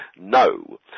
no